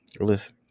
Listen